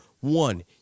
One